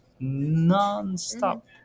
non-stop